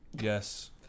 Yes